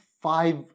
Five